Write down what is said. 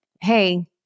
hey